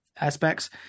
aspects